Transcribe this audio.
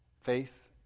faith